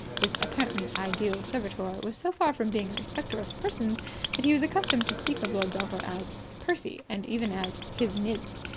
this apparently ideal servitor was so far from being a respecter of persons that he was accustomed to speak of lord belpher as percy, and even as his nibs.